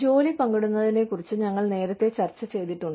ജോലി പങ്കിടുന്നതിനെക്കുറിച്ച് ഞങ്ങൾ നേരത്തെ ചർച്ച ചെയ്തിട്ടുണ്ട്